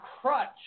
crutch